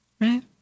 right